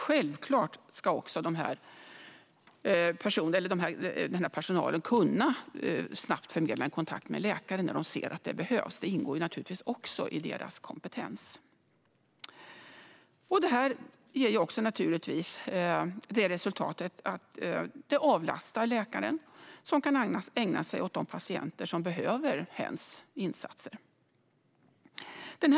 Självklart ska personalen också snabbt kunna förmedla kontakt med en läkare när de ser att det behövs. Det ingår naturligtvis i deras kompetens. Detta får till resultat att det avlastar läkaren, som kan ägna sig åt de patienter som behöver hens insatser.